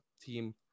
team